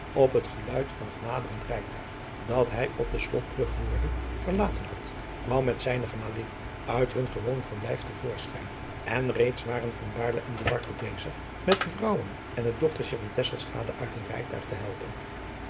op het geluid van het naderend rijtuig dat hij op de slotbrug hoorde verlaten had kwam met zijne gemalin uit hun gewoon verblijf te voorschijn en reeds waren van baerle en duarte bezig met de vrouwen en het dochtertje van tesselschade uit het rijtuig te helpen